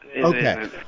Okay